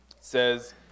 says